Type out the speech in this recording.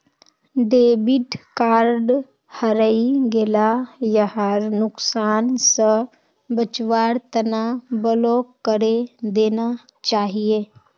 debit card हरई गेला यहार नुकसान स बचवार तना ब्लॉक करे देना चाहिए